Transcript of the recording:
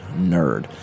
nerd